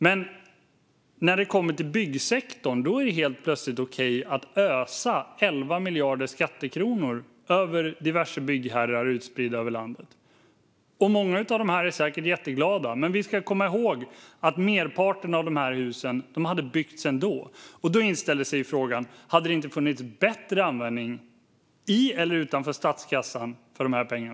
Men när det kommer till byggsektorn är det plötsligt okej att ösa 11 miljarder skattekronor över diverse byggherrar utspridda över landet. Många av dem är säkert jätteglada, men vi ska komma ihåg att merparten av dessa hus hade byggts ändå. Då inställer sig frågan: Hade det inte funnits bättre användning i eller utanför statskassan för dessa pengar?